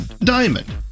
Diamond